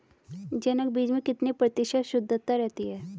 जनक बीज में कितने प्रतिशत शुद्धता रहती है?